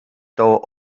told